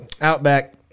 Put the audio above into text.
Outback